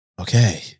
okay